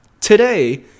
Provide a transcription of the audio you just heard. today